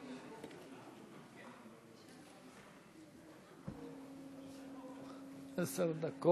עשר דקות.